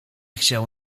chciał